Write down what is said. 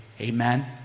Amen